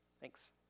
Thanks